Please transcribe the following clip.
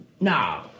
No